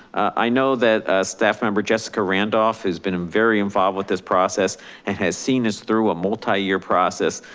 i know that a staff member jessica randolph has been very involved with this process and has seen this through a multi year process.